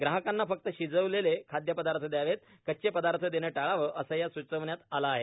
ग्राहकांना फक्त शिजवलेले खादय पदार्थ दयावेत कच्चे पदार्थ देणं टाळावं असं या स्चवण्यात आलं आहे